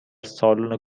سالن